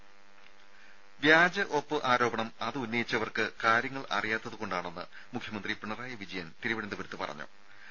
രുമ വ്യാജ ഒപ്പ് ആരോപണം അത് ഉന്നയിച്ചവർക്ക് കാര്യങ്ങൾ അറിയാത്തതുകൊണ്ടാണെന്ന് മുഖ്യമന്ത്രി പിണറായി വിജയൻ തിരുവനന്തപുരത്തു വ്യക്തമാക്കി